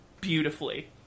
beautifully